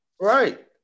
Right